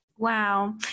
Wow